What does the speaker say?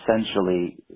essentially